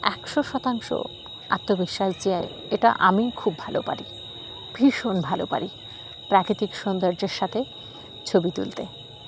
একশো শতাংশ আত্মবিশ্বাস যে এটা আমি খুব ভালো পারি ভীষণ ভালো পারি প্রাকৃতিক সৌন্দর্যের সাথে ছবি তুলতে